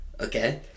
Okay